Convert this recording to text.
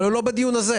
אבל הוא לא הדיון הזה.